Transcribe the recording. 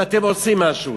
שאתם עושים משהו.